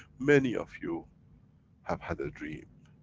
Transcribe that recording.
many of you have had a dream,